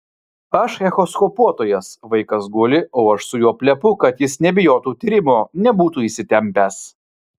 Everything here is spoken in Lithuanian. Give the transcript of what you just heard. aš echoskopuotojas vaikas guli o aš su juo plepu kad jis nebijotų tyrimo nebūtų įsitempęs